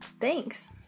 thanks